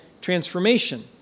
transformation